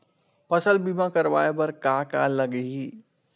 फसल बीमा करवाय बर का का लगही?